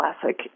classic